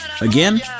Again